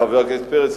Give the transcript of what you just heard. חבר הכנסת פרץ,